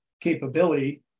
capability